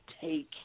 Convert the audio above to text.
take